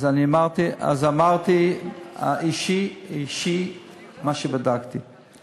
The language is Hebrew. אז אני אמרתי, אז אמרתי את מה שבדקתי אישית.